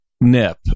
Nip